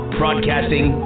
broadcasting